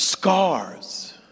Scars